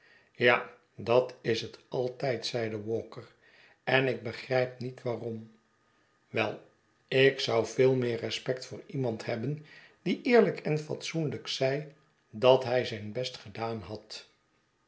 ja dat is het altijd zeide walker en ik begrijp niet waarom wel ik zou veelmeer respect voor iemand hebben die eerlijk en fatsoenlijk zei dat hij zijn best gedaan had